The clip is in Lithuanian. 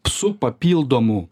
su papildomu